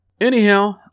Anyhow